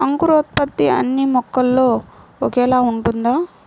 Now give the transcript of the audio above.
అంకురోత్పత్తి అన్నీ మొక్కల్లో ఒకేలా ఉంటుందా?